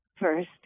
first